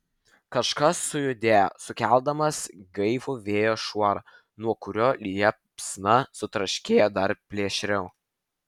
kažkas sujudėjo sukeldamas gaivų vėjo šuorą nuo kurio liepsna sutraškėjo dar plėšriau